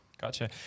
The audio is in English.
Gotcha